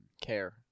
care